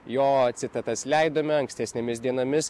jo citatas leidome ankstesnėmis dienomis